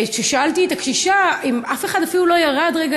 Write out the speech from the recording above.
שאלתי את הקשישה: אף אחד אפילו לא ירד רגע